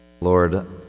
Lord